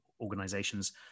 organizations